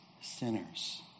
sinners